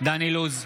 דן אילוז,